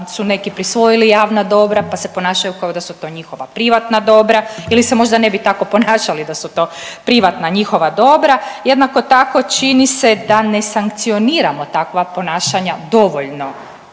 su neki prisvojili javna dobra pa se ponašaju kao da su to njihova privatna dobra ili se možda ne bi tako ponašali da su to privatna njihova dobra. Jednako tako čini se da ne sankcioniramo takva ponašanja dovoljno